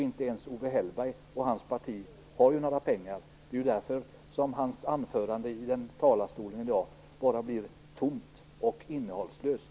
Inte ens Owe Hellberg och hans parti har ju några pengar. Det är därför hans anförande från talarstolen i dag bara blir tomt och innehållslöst.